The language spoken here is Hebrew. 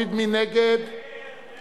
ההסתייגות בסעיף 11 להסתייגויות?